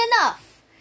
enough